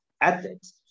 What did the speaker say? ethics